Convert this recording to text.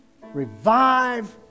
revive